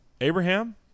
Abraham